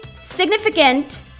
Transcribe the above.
significant